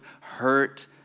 hurt